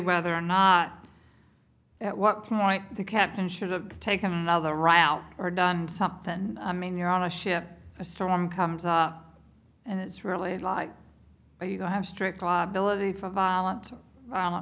whether or not at what point the captain should have taken another route or done something i mean you're on a ship a storm comes up and it's really like you don't have strict liability for violent